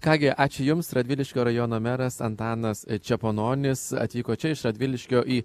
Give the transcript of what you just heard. ką gi ačiū jums radviliškio rajono meras antanas čepononis atvyko čia iš radviliškio į